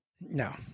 No